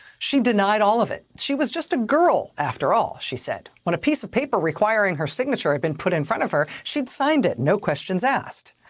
she denied all of it. she was just a girl, after all, she said, when a piece of paper requiring her signature had been put in front of her, she signed it no questions asked.